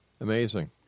Amazing